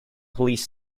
police